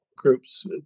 groups